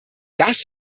das